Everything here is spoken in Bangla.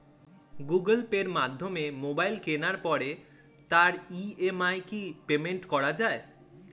গুগোল পের মাধ্যমে মোবাইল কেনার পরে তার ই.এম.আই কি পেমেন্ট করা যায়?